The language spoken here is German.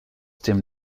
dem